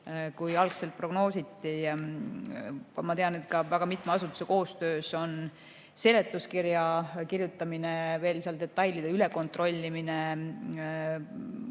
kui algselt prognoositi. Ma tean, et väga mitme asutuse koostöös on seletuskirja kirjutatud ja seal detaile üle kontrollitud.